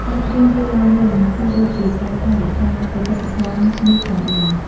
ការច្រៀងវាឡើងវិញ គឺដូចជាការថែរក្សាបេតិកភណ្ឌនេះផងដែរ។